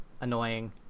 annoying